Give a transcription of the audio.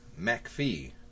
McPhee